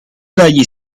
dagli